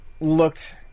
looked